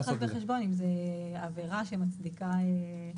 צריך לקחת בחשבון אם זו עבירה שמצדיקה את